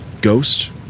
Ghost